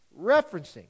referencing